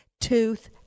tooth